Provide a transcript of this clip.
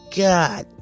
god